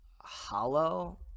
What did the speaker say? hollow